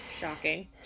Shocking